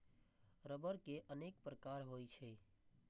रबड़ के अनेक प्रकार होइ छै